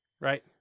right